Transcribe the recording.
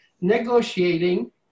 negotiating